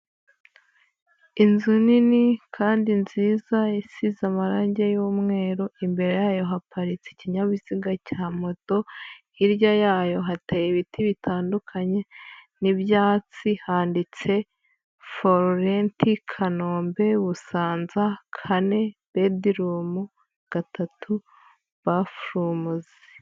Inzu nini kandi nziza isize amarange y'umweru, imbere yayo haparitse ikinyabiziga cya moto, hirya yayo hateye ibiti bitandukanye n'ibyatsi, handitse foru renti, Kanombe, Busanza, kane, bedirumu, gatatu, bafurumuzi.